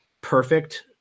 perfect